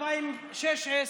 2016,